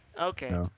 okay